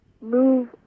move